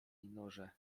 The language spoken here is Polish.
norze